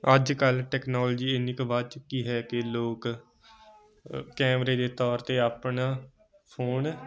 ਅੱਜ ਕੱਲ੍ਹ ਟੈਕਨੋਲਜੀ ਇੰਨੀ ਕੁ ਵੱਧ ਚੁੱਕੀ ਹੈ ਕਿ ਲੋਕ ਕੈਮਰੇ ਦੇ ਤੌਰ 'ਤੇ ਆਪਣਾ ਫੋਨ